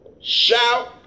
shout